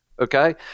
Okay